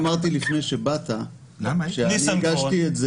לפני שבאת אני אמרתי שאני הגשתי את הצעת החוק